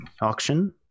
auction